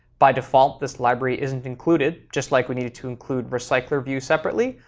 by default this library isn't included. just like we needed to include recycler view separately,